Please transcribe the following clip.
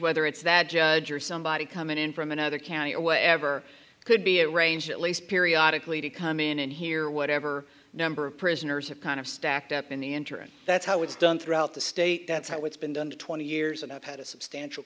whether it's that judge or somebody coming in from another county or whatever could be a range at least periodic lee to come in and hear whatever number of prisoners have kind of stacked up in the interim that's how it's done throughout the state that's how it's been done twenty years and have had a substantial